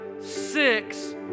six